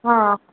ಹಾಂ